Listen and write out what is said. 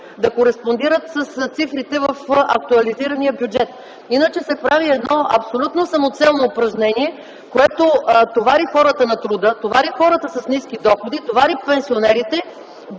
да кореспондират с цифрите в актуализирания бюджет. Иначе се прави едно абсолютно самоцелно упражнение, което товари хората на труда, товари хората с ниски доходи, товари пенсионерите,